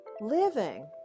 living